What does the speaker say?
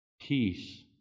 peace